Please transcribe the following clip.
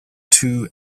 two